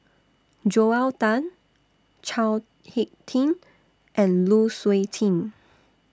Joel Tan Chao Hick Tin and Lu Suitin